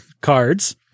cards